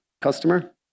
customer